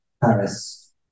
Paris